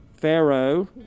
pharaoh